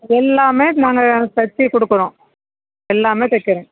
எல்லாமே நாங்கள் தச்சு கொடுக்குறோம் எல்லாமே தைக்கிறோம்